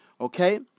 Okay